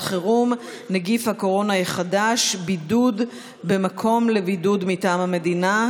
חירום (נגיף הקורונה החדש) (בידוד במקום לבידוד מטעם המדינה),